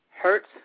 hurts